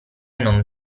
non